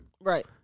right